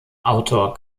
autor